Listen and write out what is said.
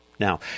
Now